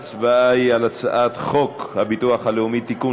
ההצבעה היא על הצעת חוק הביטוח הלאומי (תיקון,